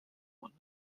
one